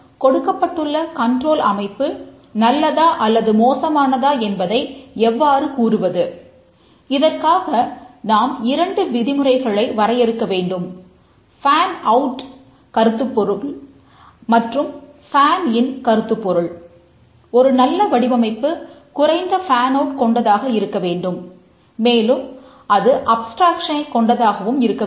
ஆனால் கொடுக்கப்பட்டுள்ள கண்ட்ரோல் கொண்டதாகவும் இருக்கவேண்டும்